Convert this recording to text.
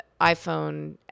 iPhone